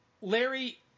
Larry